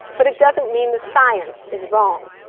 but it doesn't mean the science is wrong.